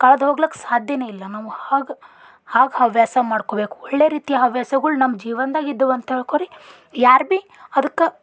ಕಳ್ದ್ಹೋಗ್ಲಕ್ಕ ಸಾಧ್ಯನೇ ಇಲ್ಲ ನಾವು ಹಾಗ್ ಹಾಗೆ ಹವ್ಯಾಸ ಮಾಡ್ಕೋಬೇಕು ಒಳ್ಳೆ ರೀತಿಯ ಹವ್ಯಾಸಗಳು ನಮ್ಮ ಜೀವನದಾಗ ಇದ್ದುವು ಅಂತ ಹೇಳ್ಕೋರಿ ಯಾರು ಭಿ ಅದಕ್ಕೆ